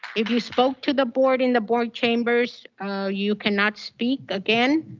if you spoke to the board in the board chambers you cannot speak again.